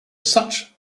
such